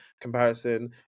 comparison